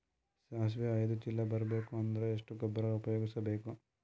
ಸಾಸಿವಿ ಐದು ಚೀಲ ಬರುಬೇಕ ಅಂದ್ರ ಎಷ್ಟ ಗೊಬ್ಬರ ಉಪಯೋಗಿಸಿ ಬೇಕು?